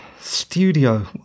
studio